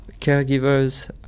caregivers